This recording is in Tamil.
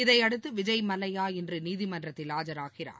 இதையடுத்து விஜய் மல்லையா இன்று நீதிமன்றத்தில் ஆஜராகிறார்